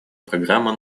программа